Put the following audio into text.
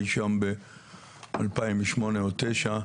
אי שם ב-2008 או ב-2009,